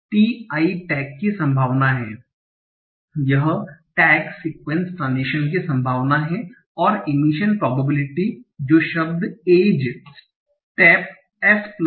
t i tag की संभावना है यह टैग सीक्वेंस ट्रैन्ज़िशन की संभावना है और मिशन प्रोबेबिलिटी जो कि शब्द एज स्टेप S1